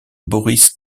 boris